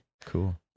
cool